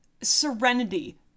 Serenity